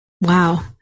Wow